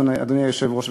אדוני היושב-ראש,